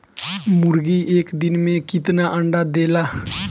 मुर्गी एक दिन मे कितना अंडा देला?